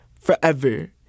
forever